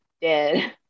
dead